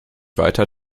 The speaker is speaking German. weiter